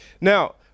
Now